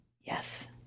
Yes